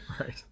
right